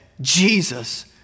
Jesus